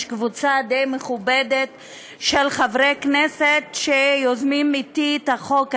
יש קבוצה די מכובדת של חברי כנסת שיוזמים אתי את החוק הזה,